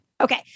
Okay